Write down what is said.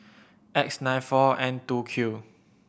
V nine four N two Q